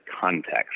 context